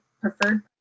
preferred